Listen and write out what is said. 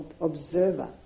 observer